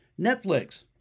Netflix